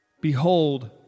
behold